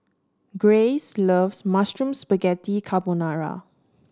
Grayce loves Mushroom Spaghetti Carbonara